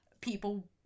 people